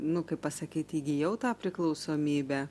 nu kaip pasakyti įgijau tą priklausomybę